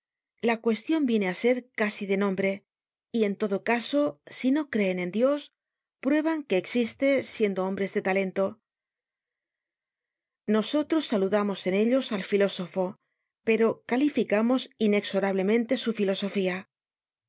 la cuestion viene á ser casi de nombre y en todo caso si no creen en dios prueban que existe siendo hombres de talento nosotros saludamos en ellos al filósofo pero calificamos inexorablemente su filosofía